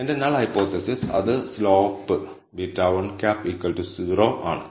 എന്റെ null hypothesis അത് slope β̂1 0 ആണ്